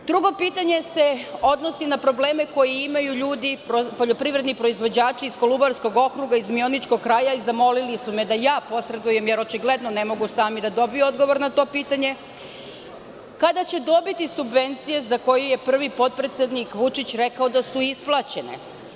Drugo pitanje se odnosi na probleme koji imaju ljudi poljoprivredni proizvođači iz Kolubarskog okruga iz Mioničkog kraja i zamolili su me da ja posredujem, jer očigledno ne mogu sami da dobiju odgovor na to pitanje – kada će dobiti subvencije za koji je prvi potpredsednik Vučić rekao da su isplaćene.